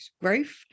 growth